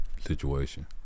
situation